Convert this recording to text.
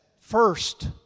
first